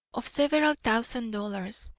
of several thousand dollars.